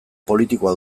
politikoa